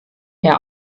herr